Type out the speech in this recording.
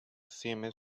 seemed